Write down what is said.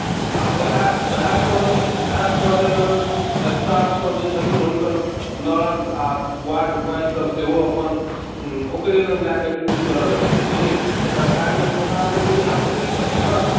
आ उएह तरे उएह तरेमे स्टाफसभ जे छथिन हुनकर नर्स आ वार्डबॉयसभ सेहो अपन ओकरे लग जा कऽ ड्यूटी करय लगैत छथिन तऽ सरकारी अस्पतालके ई हाल हेबे करतै ने